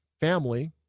family